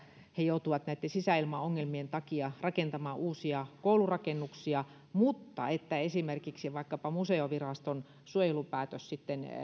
he joutuvat sisäilmaongelmien takia rakentamaan uusia koulurakennuksia mutta myös esimerkiksi vaikkapa museoviraston suojelupäätös